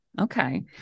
Okay